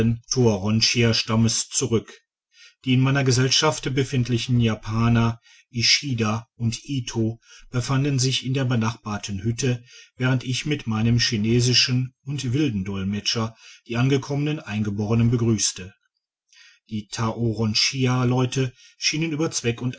toaronshia stammes zurück die in meiner gesellschaft befindlichen japaner ishida und ito befanden sich in der benachbarten hütte während ich mit meinem chinesischen und wilden dolmetscher die angekommenen eingeborenen begrüsste die toaronshialeute schienen über zweck und